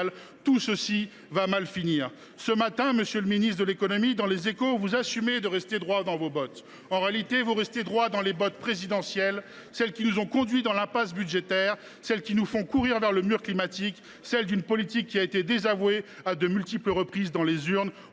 tout cela va mal finir. Monsieur le ministre de l’économie, vous assumiez ce matin, dans, de rester droit dans vos bottes. En réalité, vous restez droit dans les bottes présidentielles, celles qui nous ont conduits dans l’impasse budgétaire, celles qui nous font courir dans le mur climatique, celles qui défendent une politique désavouée à de multiples reprises dans les urnes.